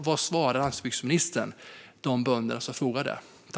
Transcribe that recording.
Vad svarar landsbygdsministern de bönder som säger så?